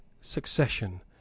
succession